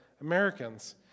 Americans